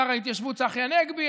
שר ההתיישבות צחי הנגבי,